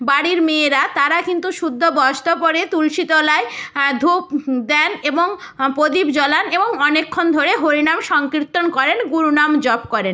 বাড়ির মেয়েরা তারা কিন্তু শুদ্ধ বস্ত্র পরে তুলসীতলায় ধূপ দেন এবং প্রদীপ জ্বালান এবং অনেকক্ষণ ধরে হরিনাম সংকীর্তন করেন গুরু নাম জপ করেন